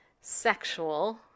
sexual